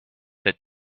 that